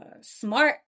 smart